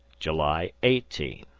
july eighteen.